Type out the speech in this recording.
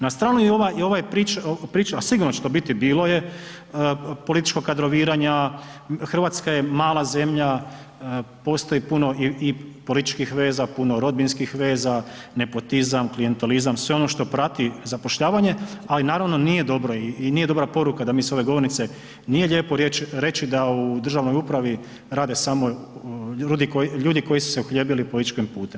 Na stranu i ova priča, a sigurno će to biti, bilo je političkog kadroviranja, Hrvatska je mala zemlja, postoji puno i političkih veza, puno rodbinskih veza, nepotizam, klijentelizam, sve ono što prati zapošljavanje, ali naravno nije dobro i nije dobra poruka da mi s ove govornice, nije lijepo reći da u državnoj upravi rade samo ljudi koji su se uhljebili političkim putem.